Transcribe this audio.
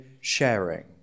sharing